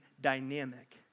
dynamic